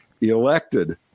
elected